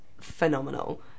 phenomenal